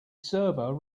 server